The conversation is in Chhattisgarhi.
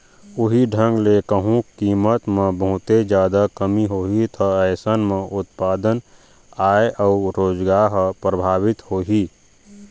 उहीं ढंग ले कहूँ कीमत म बहुते जादा कमी होही ता अइसन म उत्पादन, आय अउ रोजगार ह परभाबित होही